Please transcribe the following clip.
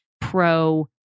pro